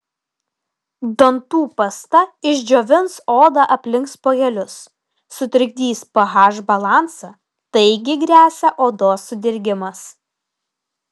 dantų pasta išdžiovins odą aplink spuogelius sutrikdys ph balansą taigi gresia odos sudirgimas